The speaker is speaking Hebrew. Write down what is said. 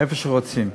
איפה שרוצים,